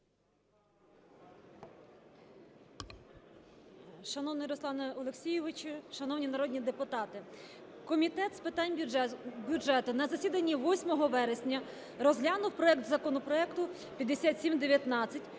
Шановний Руслане Олексійовичу, шановні народні депутати! Комітет з питань бюджету на засіданні 8 вересня розглянув проект Закону 5719,